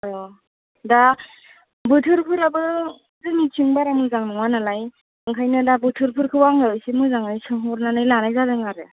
औ दा बोथोरफोराबो जोंनिथिं बारा मोजां नङा नालाय ओंखायनो दा बोथोरफोरखौ आङो एसे मोजाङै सोंहरनानै लानाय जादों आरो